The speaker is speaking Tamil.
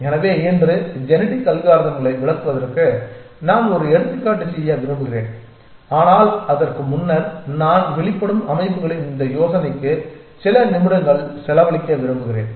எனவே இன்று ஜெனடிக் அல்காரிதம்களை விளக்குவதற்கு நான் ஒரு எடுத்துக்காட்டு செய்ய விரும்புகிறேன் ஆனால் அதற்கு முன்னர் நான் வெளிப்படும் அமைப்புகளின் இந்த யோசனைக்கு சில நிமிடங்கள் செலவழிக்க விரும்புகிறேன்